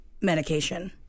medication